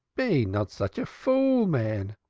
be not such a fool-man!